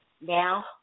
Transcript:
Now